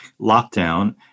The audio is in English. lockdown